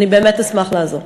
אני באמת אשמח לעזור.